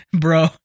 Bro